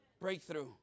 breakthrough